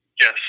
Yes